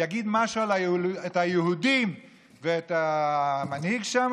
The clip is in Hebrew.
שיגיד משהו כזה: את היהודים ואת המנהיג שם